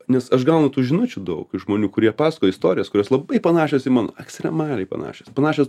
nes aš gaunu tų žinučių daug iš žmonių kurie paskakoja istorijas kurios labai panašios į mano ekstremaliai panašios panašios